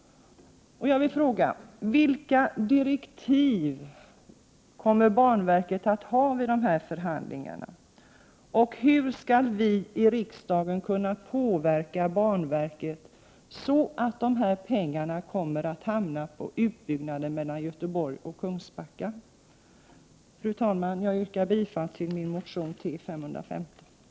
Vilka direktiv kommer banverket att få vid dessa förhandlingar? Hur skall vi i riksdagen kunna påverka banverket så att pengarna kommer att läggas på utbyggnaden av spåret mellan Göteborg och Kungsbacka? Fru talman! Jag yrkar bifall till min motion T515.